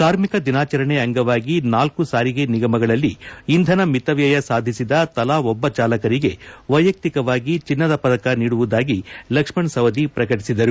ಕಾರ್ಮಿಕ ದಿನಾಚರಣೆ ಅಂಗವಾಗಿ ನಾಲ್ಲು ಸಾರಿಗೆ ನಿಗಮಗಳಲ್ಲಿ ಇಂಧನ ಮಿತವ್ಯಯ ಸಾಧಿಸಿದ ತಲಾ ಒಬ್ಬ ಚಾಲಕರಿಗೆ ವೈಯಕ್ತಿಕವಾಗಿ ಚಿನ್ನದ ಪದಕ ನೀಡುವುದಾಗಿ ಲಕ್ಷ್ಣಣ ಸವದಿ ಪ್ರಕಟಿಸಿದರು